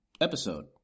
episode